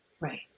right